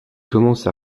commence